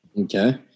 Okay